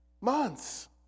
months